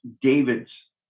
David's